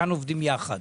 כאן עובדים ביחד